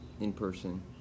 in-person